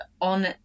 on